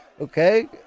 Okay